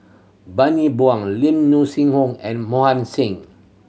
Bani Buang Lim Sing Home and Mohan Singh